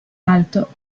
alto